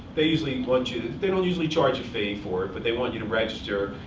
they usually want you to they don't usually charge a fee for it, but they want you to register.